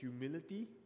humility